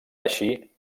així